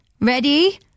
Ready